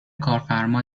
کارفرما